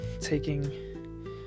taking